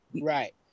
Right